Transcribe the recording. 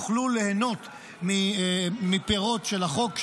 יוכלו ליהנות מפירות החוק,